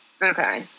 Okay